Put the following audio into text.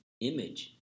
image